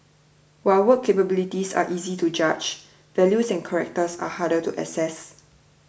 while work capabilities are easy to judge values and characters are harder to assess